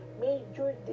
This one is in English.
major